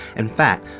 in fact,